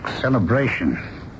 celebration